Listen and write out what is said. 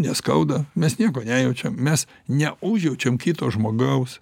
neskauda mes nieko nejaučiaum mes neužjaučiam kito žmogaus